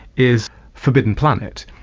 is forbidden planet,